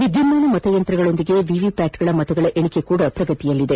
ವಿದ್ದುನ್ನಾನ ಮತಯಂತ್ರಗಳ ಜೊತೆಗೆ ವಿವಿಪ್ಚಾಟ್ಗಳ ಮತಗಳ ಎಣಿಕೆ ಪ್ರಗತಿಯಲ್ಲಿದೆ